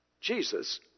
Jesus